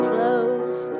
Close